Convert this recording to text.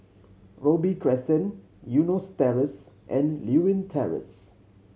Robey Crescent Eunos Terrace and Lewin Terrace